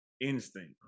instinct